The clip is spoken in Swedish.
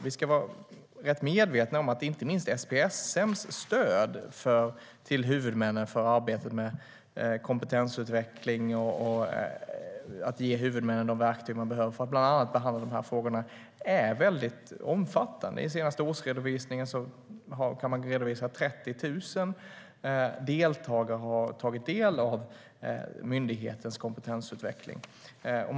Vi ska vara rätt medvetna om att inte minst SPSM:s stöd till huvudmännen för arbetet med kompetensutveckling och genom att ge huvudmännen de verktyg som de behöver bland annat för att behandla de här frågorna är mycket omfattande. I den senaste årsredovisningen kan man redovisa att 30 000 personer har tagit del av myndighetens kompetensutveckling.